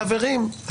חברים,